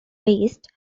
based